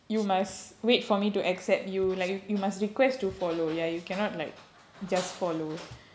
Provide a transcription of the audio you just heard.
you must wait for me to accept you like you you must request to follow ya you cannot like just follow